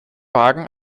wagen